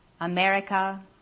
America